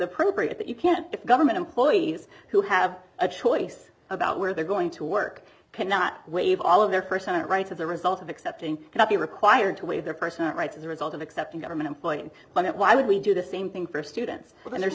appropriate that you can if government employees who have a choice about where they're going to work cannot wave all of their personal rights as a result of accepting cannot be required to waive their personal rights as a result of accepting government employment but why would we do the same thing for